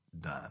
done